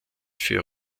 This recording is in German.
für